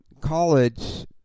college